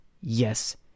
Yes